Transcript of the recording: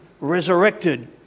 resurrected